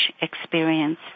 experience